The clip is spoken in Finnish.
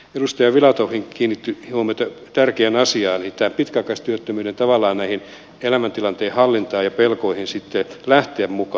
edustaja filatov kiinnitti huomiota tärkeään asiaan nimittäin pitkäaikaistyöttömien elämäntilanteen hallintaan ja pelkoihin sitten lähteä mukaan